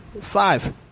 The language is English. Five